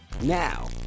Now